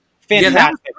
Fantastic